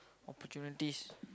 opportunities